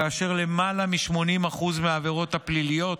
כאשר למעלה מ-80% מהעבירות הפליליות